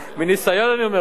מניסיון אני אומר את זה.